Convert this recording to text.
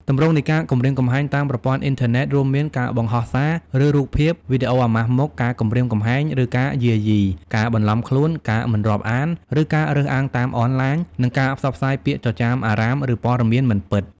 ទម្រង់នៃការគំរាមកំហែងតាមប្រព័ន្ធអ៊ីនធឺណិត រួមមាន ការបង្ហោះសារ ឬរូបភាព/វីដេអូអាម៉ាស់មុខ ការគំរាមកំហែង ឬការយាយី ការបន្លំខ្លួន ការមិនរាប់អាន ឬការរើសអើងតាមអនឡាញ និងការផ្សព្វផ្សាយពាក្យចចាមអារ៉ាម ឬព័ត៌មានមិនពិត។